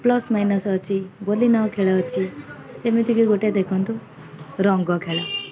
plus minus ଅଛି ବୋଲିଲି ନହ ଖେଳ ଅଛି ଏମିତିକି ଗୋଟେ ଦେଖନ୍ତୁ ରଙ୍ଗ ଖେଳ